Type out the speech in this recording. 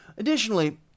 Additionally